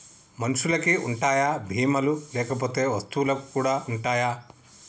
మనుషులకి ఉంటాయా బీమా లు లేకపోతే వస్తువులకు కూడా ఉంటయా?